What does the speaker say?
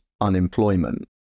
unemployment